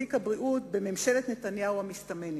לתיק הבריאות בממשלת נתניהו המסתמנת.